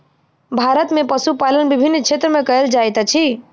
भारत में पशुपालन विभिन्न क्षेत्र में कयल जाइत अछि